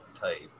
type